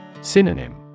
Synonym